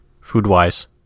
food-wise